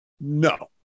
no